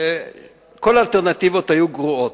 היו גרועות.